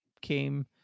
came